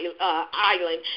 island